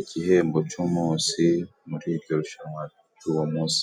igihembo cy'umunsi, muri iryo rushanwa ry'uwo munsi.